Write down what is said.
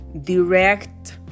direct